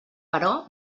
però